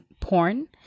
porn